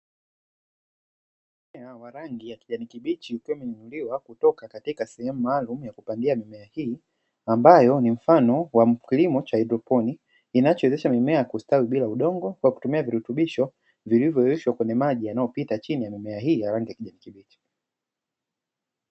Mimea ya rangi ya kijani kibichi, ikiwa kutoka katika sehemu maalum ya kupangia mimea hii ambayo ni mfano wa kilimo cha "hydroponic", kinachowezesha mimea ya kustawi bila udongo kwa kutumia virutubisho vilivyoonyeshwa kwenye maji yanayopita chini ya mimea hii ya rangi ya kijani kibichi.